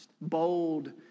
Bold